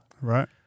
right